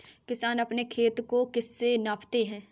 किसान अपने खेत को किससे मापते हैं?